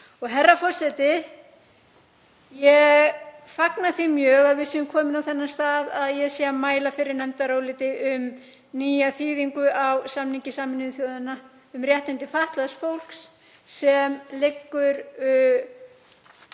Herra forseti. Ég fagna því mjög að við séum komin á þann stað að ég sé að mæla fyrir nefndaráliti um nýja þýðingu á samningi Sameinuðu þjóðanna um réttindi fatlaðs fólks sem fyrir